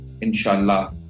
Inshallah